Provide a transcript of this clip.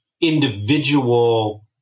individual